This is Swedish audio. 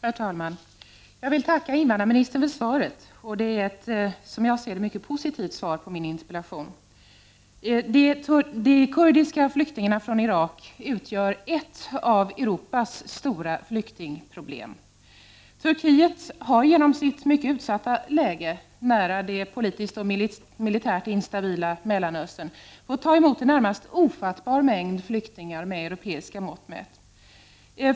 Herr talman! Jag vill tacka invandrarministern för svaret. Det är ett i många avseenden mycket positivt svar. De kurdiska flyktingarna från Irak utgör ett av Europas stora flyktingproblem. Turkiet har genom sitt utsatta läge nära det politiskt och militärt instabila Mellanöstern fått ta emot en med europeiska mått mätt närmast ofattbar mängd flyktingar.